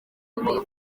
ukomeye